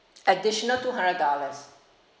additional two hundred dollars